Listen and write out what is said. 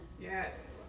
yes